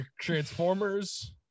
transformers